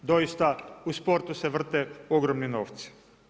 Doista u sportu se vrte ogromni novci.